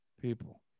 People